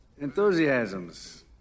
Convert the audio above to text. Enthusiasms